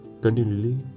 continually